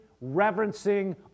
reverencing